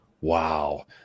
wow